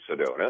Sedona